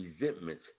resentment